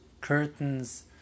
curtains